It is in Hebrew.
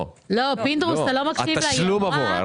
לא, התשלום עבורה.